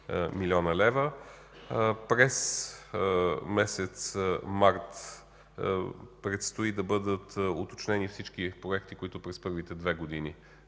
млн. лв. През месец март предстои да бъдат уточнени всички проекти, които през първите две години